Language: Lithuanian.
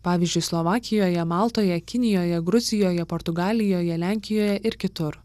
pavyzdžiui slovakijoje maltoje kinijoje gruzijoje portugalijoje lenkijoje ir kitur